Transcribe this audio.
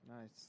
Nice